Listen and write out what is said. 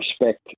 respect